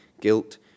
guilt